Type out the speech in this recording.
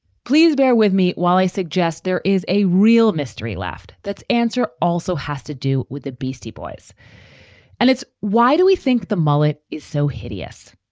please bear with me while i suggest there is a real mystery left, that's answer also has to do with the beastie boys and it's why do we think the mullet is so hideous?